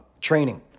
training